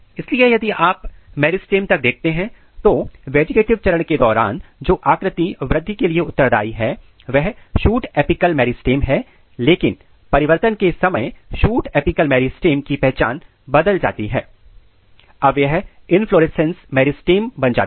इसलिए यदि आप मेरिस्टेम तक देखते हैं तो वेजिटेटिव चरण के दौरान जो आकृति वृद्धि के लिए उत्तरदाई है वह शूट एपिकल मेरिस्टेम है लेकिन परिवर्तन के समय शूट अपिकल मेरिस्टम की पहचान बदल जाती है अब यह इनफ्लोरेसेंस मेरिस्टेम बन जाती है